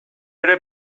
ere